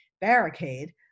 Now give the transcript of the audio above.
barricade